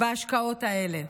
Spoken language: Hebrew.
בהשקעות האלה.